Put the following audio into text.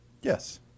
yes